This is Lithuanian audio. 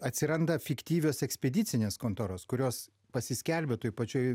atsiranda fiktyvios ekspedicinės kontoros kurios pasiskelbia toj pačioj